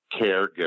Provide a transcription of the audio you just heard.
caregiver